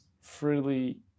freely